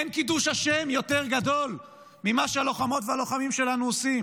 אין קידוש השם יותר גדול ממה שהלוחמות והלוחמים שלנו עושים